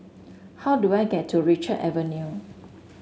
how do I get to Richard Avenue